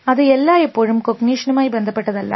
അത് എല്ലായ്പ്പോഴും കോഗ്നിഷനുമായി ബന്ധപ്പെട്ടതല്ല